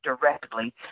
directly